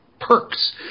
perks